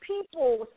people